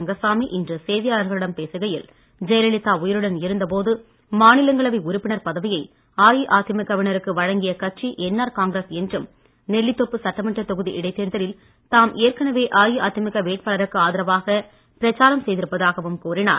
ரங்கசாமி இன்று செய்தியாளர்களிடம் பேசுகையில் ஜெயலலிதா உயிருடன் இருந்த போது மாநிலங்களவை உறுப்பினர் பதவியை அஇஅதிமுக வினருக்கு வழங்கிய கட்சி என்ஆர் காங்கிரஸ் என்றும் நெல்லித்தோப்பு சட்டமன்றத் தொகுதி இடைத்தேர்தலில் தாம் ஏற்கனவே அஇஅதிமுக வேட்பாளருக்கு ஆதரவாக பிரச்சாரம் செய்திருப்பதாகவும் கூறினார்